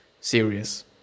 serious